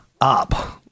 up